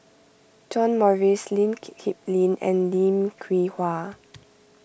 John Morrice Lee Kip Lin and Lim Hwee Hua